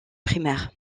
primaires